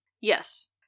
Yes